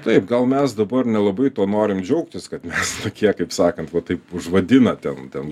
taip gal mes dabar nelabai tuo norim džiaugtis kad mes tokie kaip sakant va taip užvadina ten ten